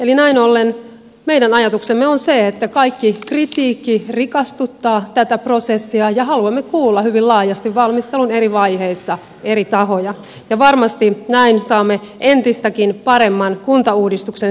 eli näin ollen meidän ajatuksemme on se että kaikki kritiikki rikastuttaa tätä prosessia ja haluamme kuulla hyvin laajasti valmistelun eri vaiheissa eri tahoja ja varmasti näin saamme entistäkin paremman kuntauudistuksen syntymään